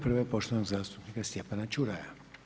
Prva je poštovanog zastupnika Stjepana Ćuraja.